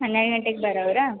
ಹನ್ನೆರಡು ಗಂಟೆಗೆ ಬರೋವ್ರಾ